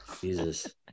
Jesus